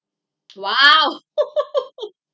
!wow!